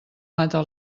mata